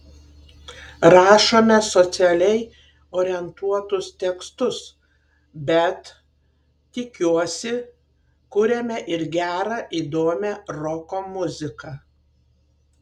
rašome socialiai orientuotus tekstus bet tikiuosi kuriame ir gerą įdomią roko muziką